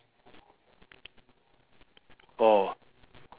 orh